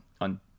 on